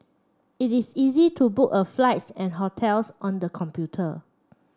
it is easy to book a flights and hotels on the computer